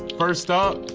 first up,